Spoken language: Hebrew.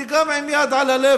אני גם עם יד על הלב,